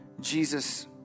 Jesus